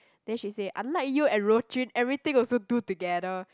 then she say unlike you and Rou-Jun everything also do together